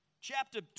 chapter